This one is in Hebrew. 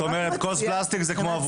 אומרת, כוס פלסטיק זה כמו אבוקה?